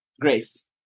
grace